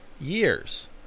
years